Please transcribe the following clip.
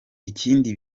ikindi